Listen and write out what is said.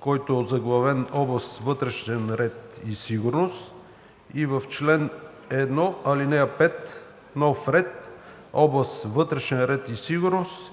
който е озаглавен „Област вътрешен ред и сигурност“ и в чл. 1, ал. 5 – нов ред „Област вътрешен ред и сигурност“